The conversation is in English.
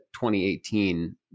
2018